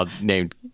named